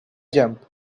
jump